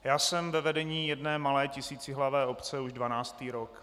Já jsem ve vedení jedné malé tisícihlavé obce už dvanáctý rok.